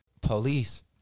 Police